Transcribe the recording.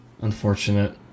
unfortunate